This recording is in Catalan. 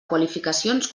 qualificacions